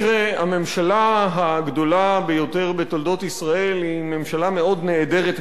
הממשלה הגדולה ביותר בתולדות ישראל היא ממשלה מאוד נעדרת מהכנסת,